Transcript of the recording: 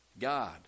God